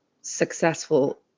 successful